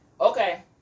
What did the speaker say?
Okay